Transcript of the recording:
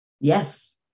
Yes